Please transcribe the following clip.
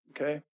okay